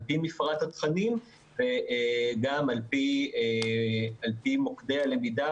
על פי מפרט התכנים וגם על פי מוקדי הלמידה